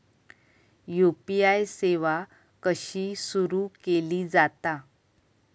UPI सेवा कशी सुरू केली जाता?